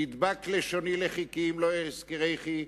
תדבק לשוני לחכי אם לא אזכרכי,